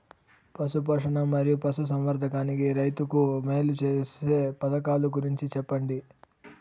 పశు పోషణ మరియు పశు సంవర్థకానికి రైతుకు మేలు సేసే పథకాలు గురించి చెప్పండి?